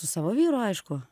su savo vyru aišku